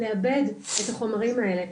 לעבד את החומרים האלה.